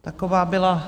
Taková byla...